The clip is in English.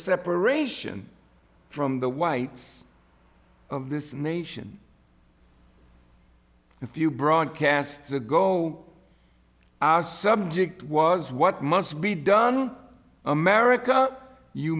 separation from the whites of this nation a few broadcasts ago our subject was what must be done america you